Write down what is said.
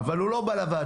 אבל הוא לא בא לוועדה.